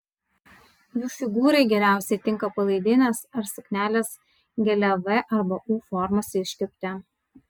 jų figūrai geriausiai tinka palaidinės ar suknelės gilia v arba u formos iškirpte